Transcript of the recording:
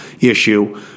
issue